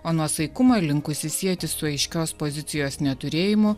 o nuosaikumą linkusi sieti su aiškios pozicijos neturėjimu